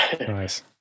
Nice